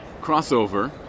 crossover